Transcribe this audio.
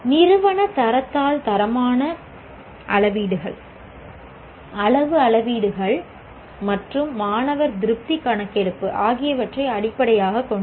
நிறுவன தர தாள் தரமான அளவீடுகள் அளவு அளவீடுகள் மற்றும் மாணவர் திருப்தி கணக்கெடுப்பு ஆகியவற்றை அடிப்படையாகக் கொண்டது